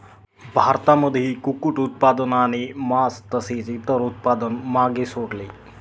भारतामध्ये कुक्कुट उत्पादनाने मास तसेच इतर उत्पादन मागे सोडले